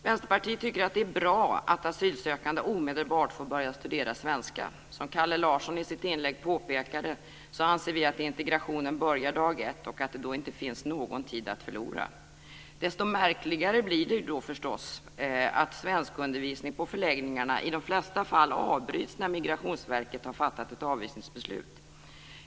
Vänsterpartiet tycker att det är bra att asylsökande omedelbart får börja studera svenska. Som Kalle Larsson i sitt inlägg påpekade anser vi att integrationen börjar dag ett och att det inte finns någon tid att förlora. Desto märkligare blir det då förstås att svenskundervisningen på förläggningarna i de flesta fall avbryts när Migrationsverket har fattat ett avvisningsbeslut.